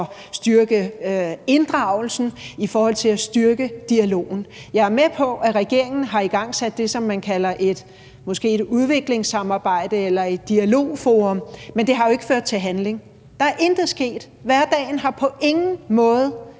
at styrke inddragelsen eller i forhold til at styrke dialogen. Jeg er med på, at regeringen har igangsat det, som man kalder et udviklingssamarbejde eller et dialogforum, men det har jo ikke ført til handling. Der er intet sket. Hverdagen har på ingen måde